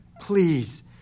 please